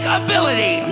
ability